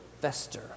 fester